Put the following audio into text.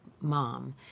mom